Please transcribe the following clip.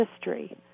history